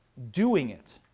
doing it,